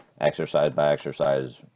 exercise-by-exercise